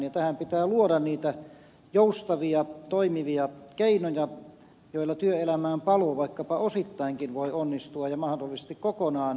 tähän pitää luoda niitä joustavia toimivia keinoja joilla työelämään paluu vaikkapa osittainkin voi onnistua ja mahdollisesti kokonaan